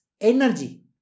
energy